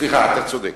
סליחה, אתה צודק.